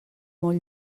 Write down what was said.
molt